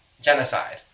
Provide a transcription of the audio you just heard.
Genocide